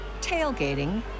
tailgating